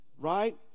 right